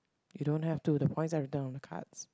you don't have to the points are written on the cards